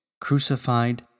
crucified